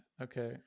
Okay